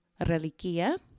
reliquia